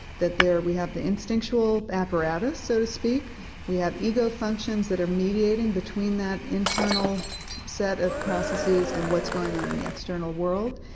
that there we have the instinctual apparatus so as to speak we have ego functions that are mediating between that internal set of processes and what's going on in the external world.